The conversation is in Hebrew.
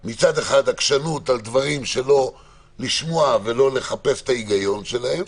עקשנות על דברים ולא לחפש את ההיגיון שבהם